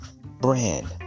brand